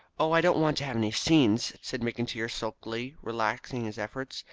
oh, i don't want to have any scenes, said mcintyre sulkily, relaxing his efforts.